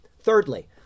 Thirdly